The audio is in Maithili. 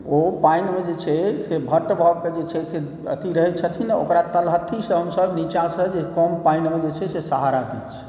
ओ पानिमे जे छै पट्ट भऽ कऽ जे छै से अथी रहै छथिन ओकरा तलहथीसँ हमसब नीचाँ भऽकऽ पानिमे जे छै से सहारा दै छी